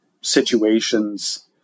situations